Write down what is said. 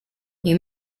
you